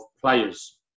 players